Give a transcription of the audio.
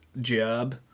job